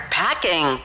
packing